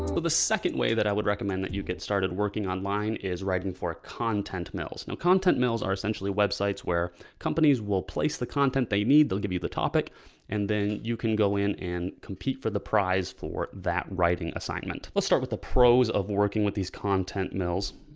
the second way that i would recommend that you get started working online is writing for a content mills. now content mills are essentially websites where companies will place the content they need, they'll give you the topic and then you can go in and compete for the prize for that writing assignment. let's start with the pros of working with these content mills.